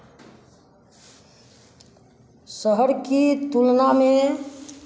शहर की तुलना में